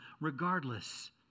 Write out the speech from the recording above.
regardless